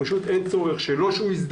פשוט אין צורך שהוא יזדהם,